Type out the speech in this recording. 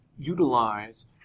utilize